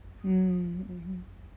mm mmhmm